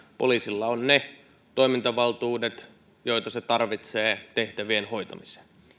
poliisilla on ne toimintavaltuudet joita se tarvitsee tehtävien hoitamiseen